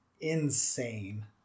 insane